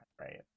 right